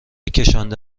کشانده